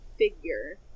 Figure